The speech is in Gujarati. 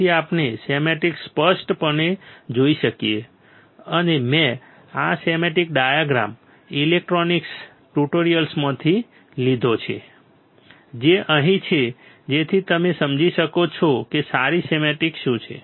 તેથી આપણે સ્કેમેટિક સ્પષ્ટપણે જોઈ શકીએ અને મેં આ સ્કેમેટિક ડાયાગ્રામ ઇલેક્ટ્રોનિક્સ ટ્યુટોરિયલ્સમાંથી લીધો છે જે અહીં છે જેથી તમે સમજી શકો કે સારી સ્કેમેટિક શું છે